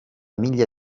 miglia